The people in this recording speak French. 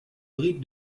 rite